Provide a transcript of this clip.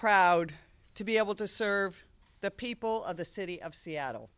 proud to be able to serve the people of the city of seattle